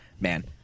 Man